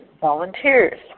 volunteers